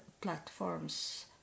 platforms